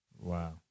Wow